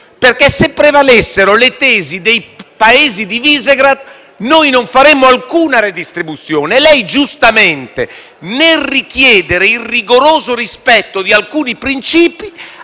se prevalessero le tesi dei Paesi del Gruppo di Visegrád, noi non faremmo alcuna redistribuzione. Lei, giustamente, nel richiedere il rigoroso rispetto di alcuni principi,